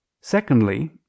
Secondly